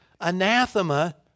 anathema